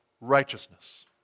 righteousness